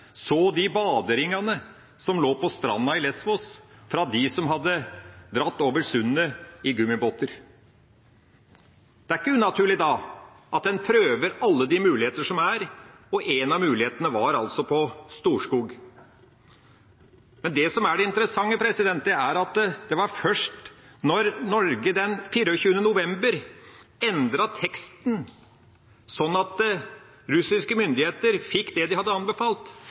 så de baderingene som lå på stranda i Lésvos, fra dem som hadde dratt over sundet i gummibåter. Det er ikke unaturlig at en da prøver alle de muligheter som er, og en av mulighetene var altså på Storskog. Men det som er det interessante, er at det var først da Norge den 24. november endret teksten sånn at russiske myndigheter fikk det de hadde anbefalt,